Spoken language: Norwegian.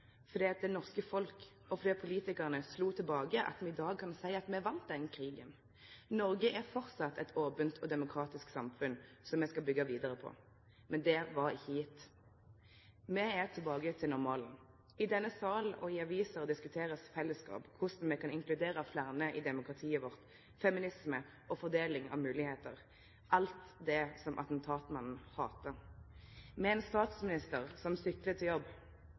fordi AUF, det norske folket og politikarane slo tilbake at me i dag kan seie at me vann den krigen. Noreg er framleis eit ope og demokratisk samfunn som me skal byggje vidare på, men det var ikkje gjeve. Me er tilbake til normalen. I denne salen og i aviser blir fellesskap diskutert, korleis me kan inkludere fleire i demokratiet vårt, feminisme og fordeling av moglegheiter – alt det som attentatmannen hata. Me har ein statsminister som syklar til jobb,